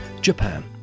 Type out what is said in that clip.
Japan